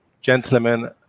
gentlemen